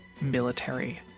military